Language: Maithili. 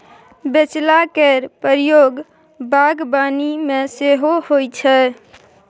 बेलचा केर प्रयोग बागबानी मे सेहो होइ छै